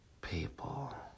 People